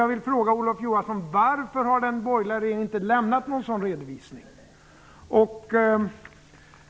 Jag vill fråga Olof Johansson: Varför har inte den borgerliga regeringen lämnat någon sådan redovisning?